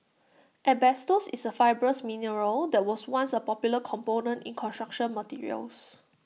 asbestos is A fibrous mineral that was once A popular component in construction materials